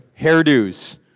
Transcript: hairdos